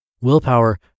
Willpower